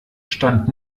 stand